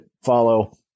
follow